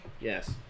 Yes